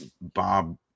Bob